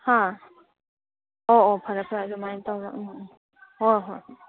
ꯍꯥ ꯑꯣ ꯑꯣ ꯐꯔꯦ ꯐꯔꯦ ꯑꯗꯨꯃꯥꯏ ꯇꯧꯔꯣ ꯎꯝ ꯍꯣ ꯍꯣꯏ ꯍꯣꯏ